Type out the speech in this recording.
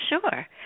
Sure